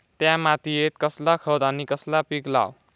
त्या मात्येत कसला खत आणि कसला पीक लाव?